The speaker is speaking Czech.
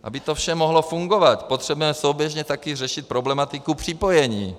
Aby to vše mohlo fungovat, potřebujeme souběžně taky řešit problematiku připojení.